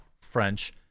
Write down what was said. French